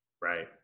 Right